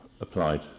applied